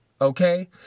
Okay